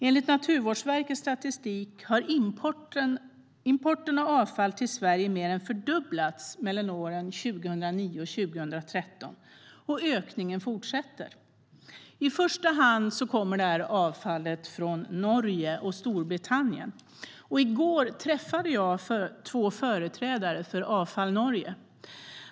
Enligt Naturvårdsverkets statistik mer än fördubblades importen av avfall till Sverige mellan åren 2009 och 2013, och ökningen fortsätter. I första hand kommer avfallet från Norge och Storbritannien. I går träffade jag två företrädare för Avfall Norge.